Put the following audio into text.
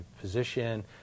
position